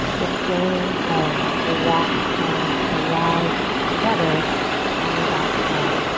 the journey home, the walk home, the ride together on back home.